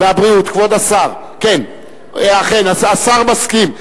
השר מסכים.